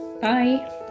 Bye